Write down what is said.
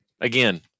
again